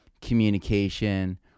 communication